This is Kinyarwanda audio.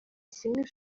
kimwe